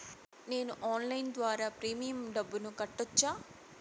నేను ఆన్లైన్ ద్వారా ప్రీమియం డబ్బును కట్టొచ్చా?